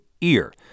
EAR